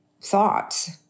thoughts